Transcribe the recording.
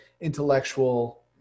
intellectual